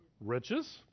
Riches